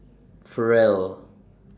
Farrell